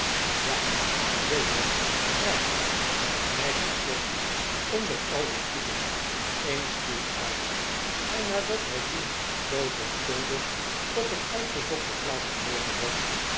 ja zeker graag nadgett zocht onder al de stoelen een stoel uit en nadat hij dien zoo zorgvuldig op een uitgezochte plaats had